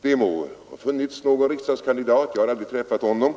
Det må ha funnits någon riksdagskandidat som haft annan mening — jag har aldrig träffat honom.